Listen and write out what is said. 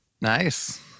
nice